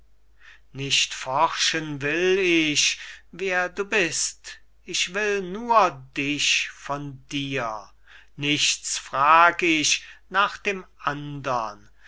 nicht forschen will ich wer du bist ich will nur dich von dir nichts frag ich nach dem andern